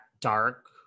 dark